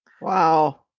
Wow